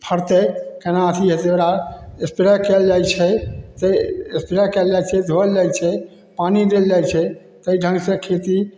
फड़तै कोना अथी हेतै एकरा स्प्रे कएल जाए छै तेँ स्प्रे कएल जाइ छै धोअल जाइ छै पानी देल जाइ छै ताहि ढङ्गसे खेती